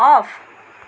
of